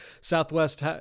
Southwest